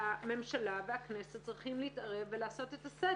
הממשלה והכנסת צריכים להתערב ולעשות את הסדר.